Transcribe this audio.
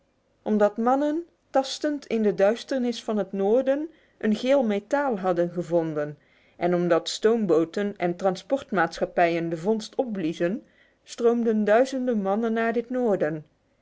omdat mannen tastend in de duisternis van het noorden een geel metaal hadden gevonden en omdat stoomboot en transportmaatschappijen de vondst opbliezen stroomden duizenden mannen naar dit noorden